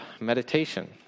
meditation